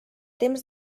temps